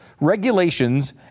regulations